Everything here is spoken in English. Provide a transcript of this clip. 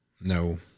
No